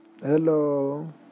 Hello